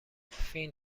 فین